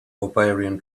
barbarian